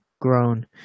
grown